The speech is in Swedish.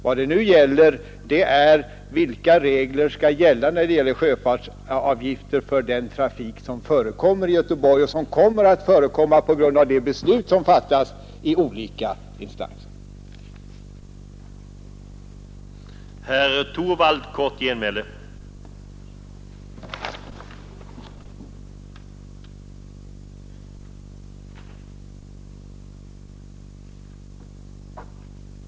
Här är det fråga om vilka regler som skall gälla beträffande sjöfartsavgifter för den trafik som förekommer och som kommer att förekomma i Göteborg på grund av de beslut som fattas i olika instanser.